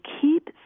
keep